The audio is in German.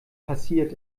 passiert